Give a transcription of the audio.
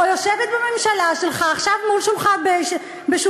או יושבת בממשלה שלך, עכשיו בשולחן הממשלה,